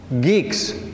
geeks